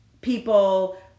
people